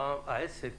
לגבי המע"מ העסק